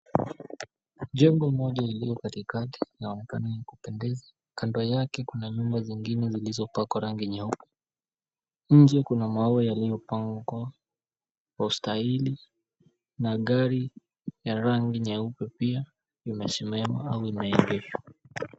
Jengo moja lililo katikati linaonekana la kupendeza, kando yake kuna nyumba nyingine zilizopakwa rangi nyeupe. Nje kuna mawe yaliyopangwa kwa ustaili na gari la rangi nyeupe pia limesimama au lineegeshwa.